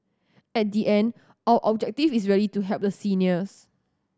at the end our objective is really to help the seniors